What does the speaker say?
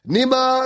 Nima